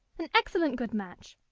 an excellent good match!